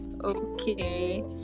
okay